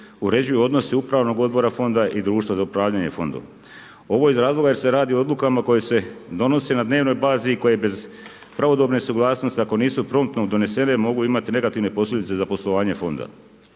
uređuju odnosi upravnog odbora Fonda i društva za upravljanje Fondom. Ovo iz razloga jer se radi o odlukama koje se donose na dnevnoj bazi i koje bez pravodobne suglasnosti, ako nisu promptno donesene mogu imati negativne posljedice za poslovanje Fonda.